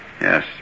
Yes